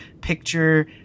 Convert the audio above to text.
picture